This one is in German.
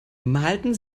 malten